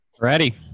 Ready